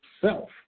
self